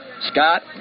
Scott